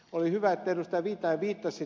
oli hyvä että ed